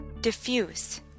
diffuse